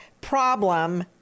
problem